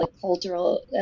cultural